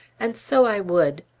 and so i would.